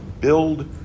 build